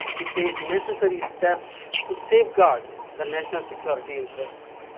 to take necessary steps to safeguard the national security interests.